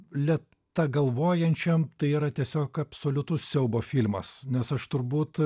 lėta galvojančiam tai yra tiesiog absoliutus siaubo filmas nes aš turbūt